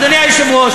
אדוני היושב-ראש,